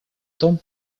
том